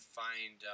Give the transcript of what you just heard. find